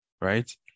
right